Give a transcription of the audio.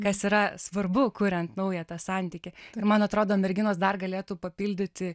kas yra svarbu kuriant naują tą santykį ir man atrodo merginos dar galėtų papildyti